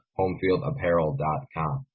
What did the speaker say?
homefieldapparel.com